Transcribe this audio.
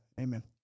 Amen